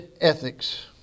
ethics